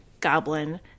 goblin